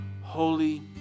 Holy